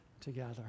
together